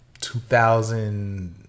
2000